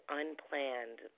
unplanned